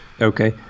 Okay